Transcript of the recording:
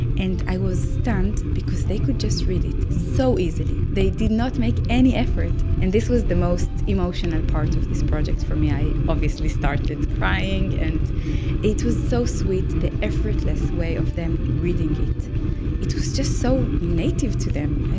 and i was stunned because they could just read it, so easily. they did not make any effort. and this was the most emotional part of this project for me, i obviously started crying. and it was so sweet, the effortless way of them reading it. it was just so native to them.